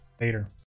Later